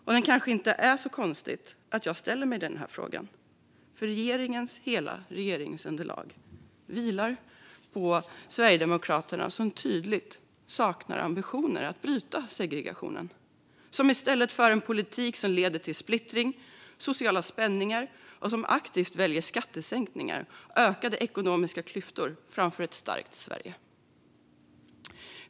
Det är kanske inte så konstigt att jag ställer mig den frågan, för regeringsunderlaget vilar på Sverigedemokraterna, som tydligt saknar ambitioner att bryta segregationen. Regeringen för i stället en politik som leder till splittring och sociala spänningar och väljer aktivt skattesänkningar och ökade ekonomiska klyftor framför ett starkt Sverige.